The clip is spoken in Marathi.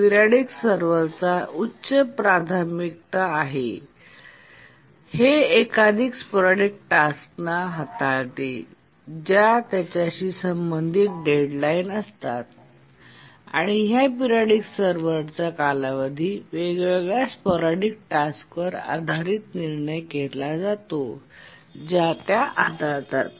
पिरियॉडिक सर्वर एक उच्च प्राथमिकता कार्य आहे आणि हे एकाधिक स्पोरॅडीक टास्कना हाताळते ज्या त्यांच्याशी संबंधित डेडलाइन असतात आणि या पिरियॉडिक सर्व्हरचा कालावधी वेगवेगळ्या स्पोरॅडीक टास्कवर आधारित निर्णय घेतला जातो ज्या त्या हाताळतात